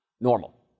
normal